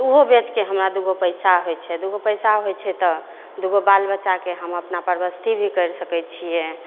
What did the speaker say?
तऽ उहो बेचके हमरा दूगो पैसा होइ छै दूगो पैसा होइ छै तऽ दूगो बाल बच्चाके हम अपना परवस्थी भी करि सकै छियै